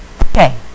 okay